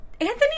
Anthony